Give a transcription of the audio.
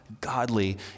godly